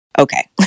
okay